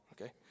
okay